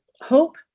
hope